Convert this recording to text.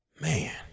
Man